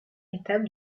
étape